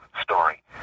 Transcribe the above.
story